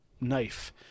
knife